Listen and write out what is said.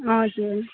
हजुर